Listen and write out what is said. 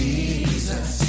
Jesus